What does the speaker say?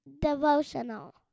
devotional